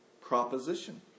proposition